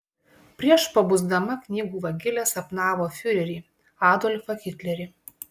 prieš pabusdama knygų vagilė sapnavo fiurerį adolfą hitlerį